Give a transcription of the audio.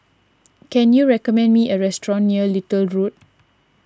can you recommend me a restaurant near Little Road